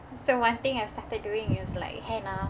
so one thing I've started doing it like henna